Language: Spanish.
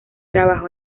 trabajó